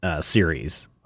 series